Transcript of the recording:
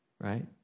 right